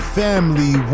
family